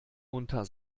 munter